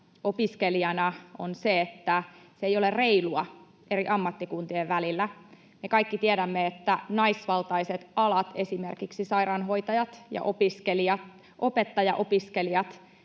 opiskelijana on se, että se ei ole reilua eri ammattikuntien välillä. Me kaikki tiedämme, että naisvaltaiset alat — esimerkiksi sairaanhoitajat ja opettajaopiskelijat